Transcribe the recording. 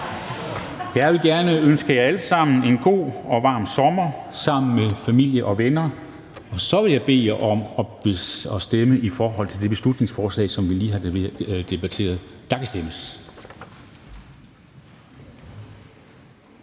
Jeg vil gerne ønske jer alle sammen en god og varm sommer sammen med familie og venner. Og så vil jeg bede jer om at stemme om det beslutningsforslag, som vi lige har debatteret. --- Det sidste